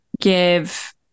give